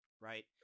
right